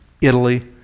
Italy